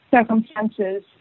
circumstances